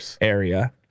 area